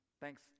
Thanks